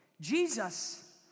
Jesus